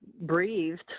breathed